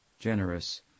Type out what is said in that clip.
generous